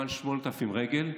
מעל 8,000 רגל,